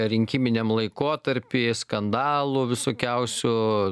rinkiminiam laikotarpy skandalų visokiausių